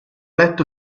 letto